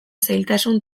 zailtasun